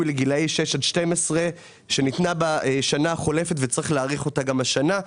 לגיל 6 עד 12 שניתנה בשנה החולפת וצריך להאריך אותה גם השנה.